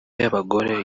y’abagore